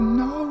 no